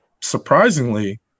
surprisingly